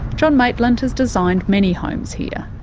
john maitland has designed many homes here,